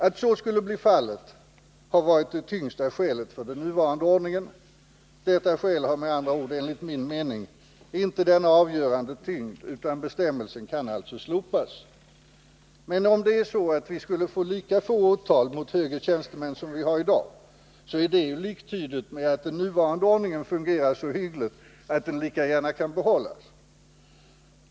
Att så skulle bli fallet har varit det tyngsta skälet för den nuvarande ordningen. Detta skäl har med andra ord enligt min mening inte denna avgörande tyngd utan bestämmelsen kan alltså slopas. Men om det är så att vi skulle få lika få åtal mot högre tjänstemän som vi har i dag är det ju liktydigt med att den nuvarande ordningen fungerar så hyggligt att den lika gärna kan behållas.